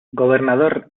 gobernador